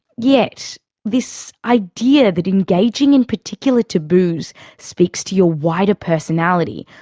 yet this idea that engaging in particular taboos speaks to your wider personality,